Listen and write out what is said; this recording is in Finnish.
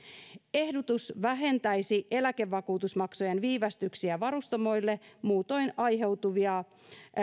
ehdotus vähentäisi eläkevakuutusmaksujen viivästyksistä varustamoille muutoin aiheutuvia